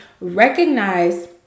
recognize